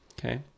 Okay